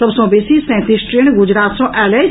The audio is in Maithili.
सभ सँ बेसी सैंतीस ट्रेन गुजरात सँ आयल अछि